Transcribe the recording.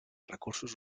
recursos